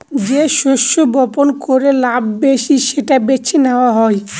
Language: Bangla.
যে শস্য বপন করে লাভ বেশি সেটা বেছে নেওয়া হয়